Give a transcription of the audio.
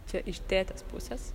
čia iš tėtės pusės